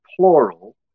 plural